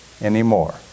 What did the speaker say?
anymore